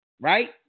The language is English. right